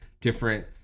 different